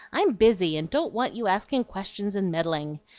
i'm busy, and don't want you asking questions and meddling.